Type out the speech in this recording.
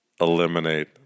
Eliminate